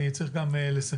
כי אני צריך גם לסכם.